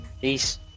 Peace